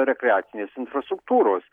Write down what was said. rekreacinės infrastruktūros